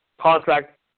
contract